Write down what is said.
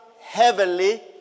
heavenly